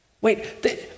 Wait